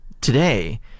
today